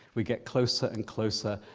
we get closer and closer.